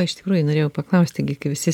iš tikrųjų norėjau paklausti gi kai visi